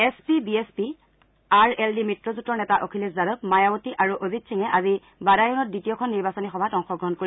SP BSP RLD মিত্ৰজোটৰ নেতা অখিলেশ যাদৰ মায়াৱতী আৰু অজিত সিঙে আজি বাদায়নত দ্বিতীয়খন নিৰ্বাচনী সভাত অংশগ্ৰহণ কৰিব